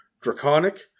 draconic